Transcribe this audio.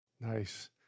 Nice